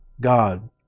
God